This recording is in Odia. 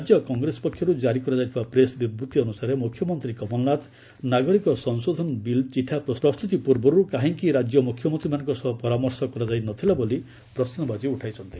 ରାଜ୍ୟ କଂଗ୍ରେସ ପକ୍ଷର୍ କାରି କରାଯାଇଥିବା ପ୍ରେସ୍ ବିବୂତ୍ତି ଅନୁସାରେ ମୁଖ୍ୟମନ୍ତ୍ରୀ କମଳନାଥ ନାଗରିକ ସଂଶୋଧନ ବିଲ୍ ଚିଠା ପ୍ରସ୍ତୁତ ପୂର୍ବରୁ କାହିଁକି ରାଜ୍ୟ ମୁଖ୍ୟମନ୍ତ୍ରୀମାନଙ୍କ ସହ ପରାମର୍ଶ କରାଯାଇନଥିଲା ବୋଲି ପ୍ରଶ୍ନବାଚୀ ଉଠାଇଛନ୍ତି